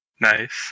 Nice